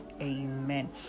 Amen